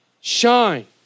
shine